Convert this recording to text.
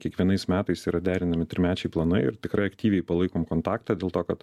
kiekvienais metais yra derinami trimečiai planai ir tikrai aktyviai palaikom kontaktą dėl to kad